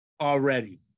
already